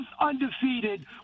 undefeated